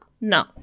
No